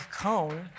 cone